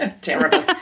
Terrible